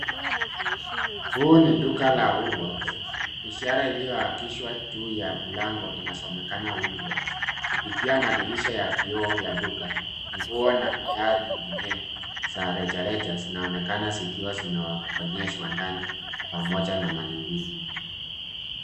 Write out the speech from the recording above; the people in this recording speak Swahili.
Huu ni duka la wool worths ishara iliyo wakishwa juu ya mlango inasomekana wool worths kupitia madirisha ya kioo ya duka nguo na bidhaa nyingine za reja reja zinaonekana zikiwa zimeonyeshwa ndani pamoja na mali mingi